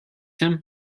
him